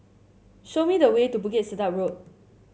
show me the way to Bukit Sedap Road